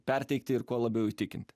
perteikti ir kuo labiau įtikinti